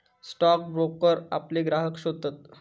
stock broker आपले ग्राहक शोधतत